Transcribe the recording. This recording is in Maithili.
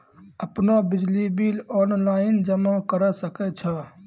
आपनौ बिजली बिल ऑनलाइन जमा करै सकै छौ?